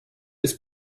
ist